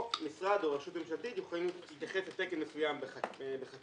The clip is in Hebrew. או משרד או רשות ממשלתית יכולים להתייחס לתקן מסוים בחקיקה,